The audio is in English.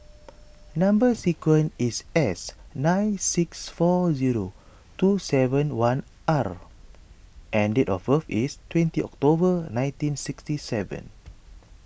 Number Sequence is S nine six four zero two seven one R and date of birth is twenty October nineteen sixty seven